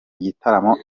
igitaramo